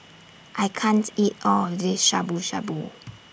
I can't eat All of This Shabu Shabu